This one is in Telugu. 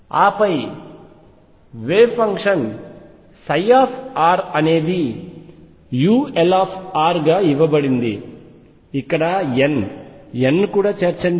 ఆపై వేవ్ ఫంక్షన్ ψ అనేది ulr గా ఇవ్వబడింది ఇక్కడ n n ను కూడా చేర్చండి